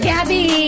Gabby